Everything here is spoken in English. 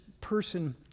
person